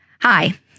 Hi